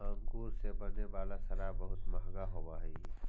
अंगूर से बने वाला शराब बहुत मँहगा होवऽ हइ